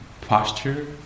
posture